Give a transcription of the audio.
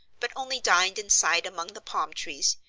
but only dined inside among the palm trees,